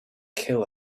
kill